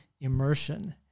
immersion